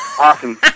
Awesome